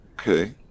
Okay